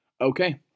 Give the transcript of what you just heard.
Okay